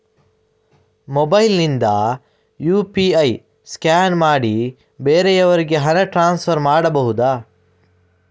Mobile ನಿಂದ UPI scan ಮಾಡಿ ಬೇರೆಯವರಿಗೆ ಹಣ ಟ್ರಾನ್ಸ್ಫರ್ ಮಾಡಬಹುದ?